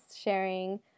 sharing